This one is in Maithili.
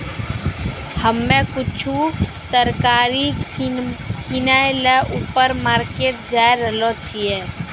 हम्मे कुछु तरकारी किनै ल ऊपर मार्केट जाय रहलो छियै